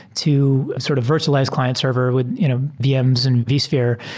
to sort of virtualized client-server with you know vms and vsphere,